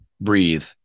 breathe